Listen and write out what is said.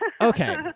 Okay